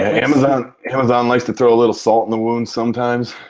amazon amazon likes to throw a little salt in the wound sometimes.